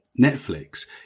Netflix